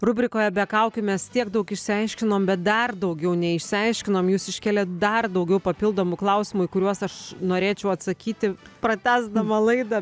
rubrikoje be kaukių mes tiek daug išsiaiškinom bet dar daugiau neišsiaiškinom jūs iškelėt dar daugiau papildomų klausimų į kuriuos aš norėčiau atsakyti pratęsdama laidą